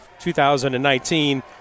2019